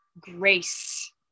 grace